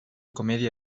comedia